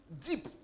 deep